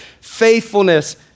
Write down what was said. faithfulness